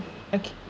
okay